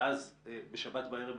ואז בשבת בערב,